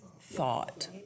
thought